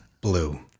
Blue